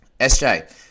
sj